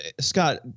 Scott